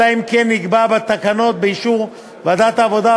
אלא אם כן נקבעה בתקנות באישור ועדת העבודה,